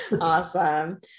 Awesome